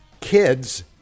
kids